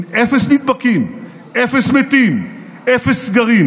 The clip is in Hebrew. עם אפס נדבקים, אפס מתים, אפס סגרים